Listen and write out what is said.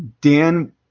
Dan